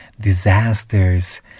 disasters